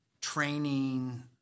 training